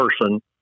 person